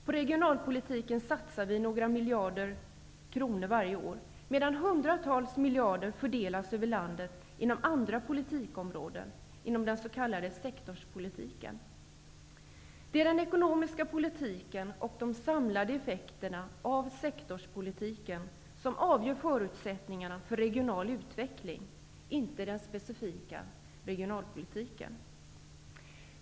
På regionalpolitiken satsar vi några miljarder kronor varje år, medan hundratals miljarder fördelas över landet inom andra politikområden inom den s.k. sektorspolitiken. Det är den ekonomiska politiken och de samlade effekterna av sektorspolitiken som avgör förutsättningarna för regional utveckling, inte den specifika regionalpolitiken.